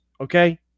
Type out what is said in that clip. okay